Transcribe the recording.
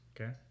Okay